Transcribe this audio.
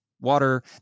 water